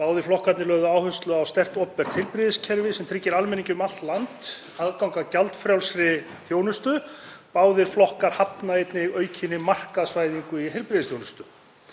Báðir flokkarnir lögðu áherslu á sterkt opinbert heilbrigðiskerfi sem tryggir almenningi um allt land aðgang að gjaldfrjálsri þjónustu. Báðir flokkar hafna einnig aukinni markaðsvæðingu í heilbrigðisþjónustu.